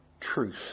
truth